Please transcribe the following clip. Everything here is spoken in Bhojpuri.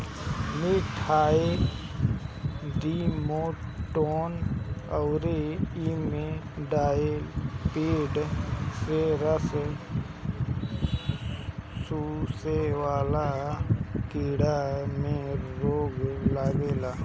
मिथाइल डिमेटोन अउरी इमिडाक्लोपीड से रस चुसे वाला कीड़ा पे रोक लागेला